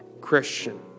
Christian